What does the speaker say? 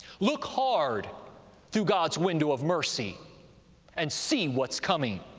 look hard through god's window of mercy and see what's coming,